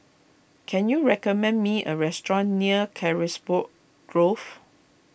can you recommend me a restaurant near Carisbrooke Grove